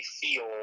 feel